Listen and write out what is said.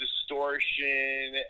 distortion